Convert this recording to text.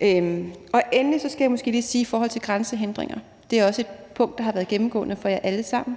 Endelig skal jeg måske lige sige i forhold til grænsehindringer, for det er også et punkt, der har været gennemgående for jer alle sammen.